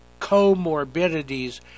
comorbidities